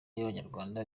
by’abanyarwanda